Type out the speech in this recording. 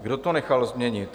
Kdo to nechal změnit?